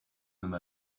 nomme